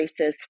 racist